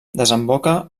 desemboca